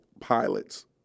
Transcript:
pilots